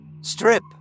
Strip